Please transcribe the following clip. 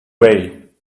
way